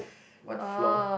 what floor